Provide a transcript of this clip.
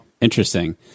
Interesting